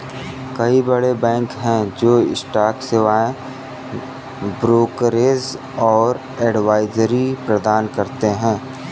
कई बड़े बैंक हैं जो स्टॉक सेवाएं, ब्रोकरेज और एडवाइजरी प्रदान करते हैं